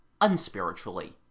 unspiritually